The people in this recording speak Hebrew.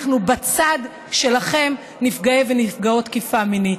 אנחנו בצד שלכם, נפגעי ונפגעות תקיפה מינית.